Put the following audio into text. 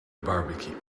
barbecue